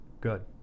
good